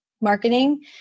marketing